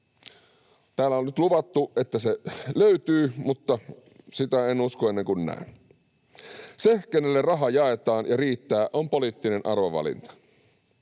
Täällä on nyt luvattu, että se löytyy, mutta sitä en usko ennen kuin näen. Se, kenelle raha jaetaan ja riittää, on poliittinen arvovalinta.